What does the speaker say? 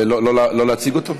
לא להציג אותו?